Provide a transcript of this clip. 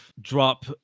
drop